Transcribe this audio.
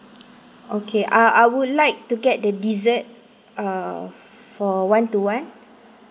okay I I would like to get the dessert err for one to one